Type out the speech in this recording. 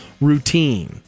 routine